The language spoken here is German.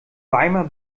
weimar